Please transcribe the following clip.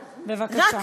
בבקשה.